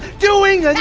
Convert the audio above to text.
doing